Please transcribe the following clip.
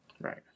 Right